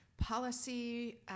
policy